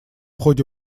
ходе